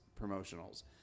promotionals